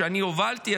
שאני הובלתי,